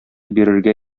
бирергә